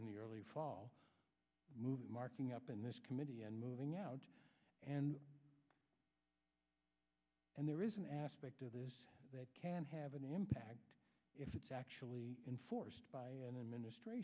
in the early fall move marking up in this committee and moving out and and there is an aspect of this that can have an impact if it's actually enforced by an administr